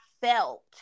felt